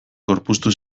gorpuztu